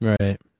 Right